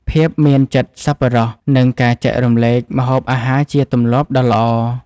ភាពមានចិត្តសប្បុរស និងការចែករំលែកម្ហូបអាហារជាទម្លាប់ដ៏ល្អ។